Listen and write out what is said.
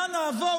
ומכאן נעבור,